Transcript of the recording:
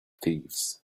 thieves